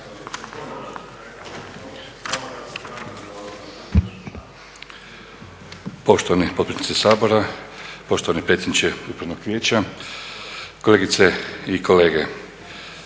Poštovani potpredsjedniče Sabora, poštovani predsjedniče upravnog vijeća, kolegice i kolege.